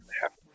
happen